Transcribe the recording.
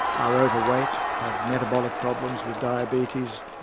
are overweight, have metabolic problems with diabetes.